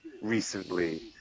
recently